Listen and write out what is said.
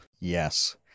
yes